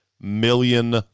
million